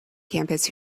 campus